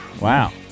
Wow